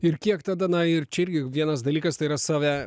ir kiek tada na ir čia irgi vienas dalykas tai yra save